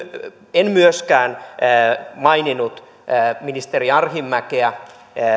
en myöskään maininnut ministeri arhinmäkeä